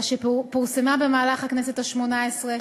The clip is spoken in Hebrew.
אשר פורסמה במהלך הכנסת השמונה-עשרה,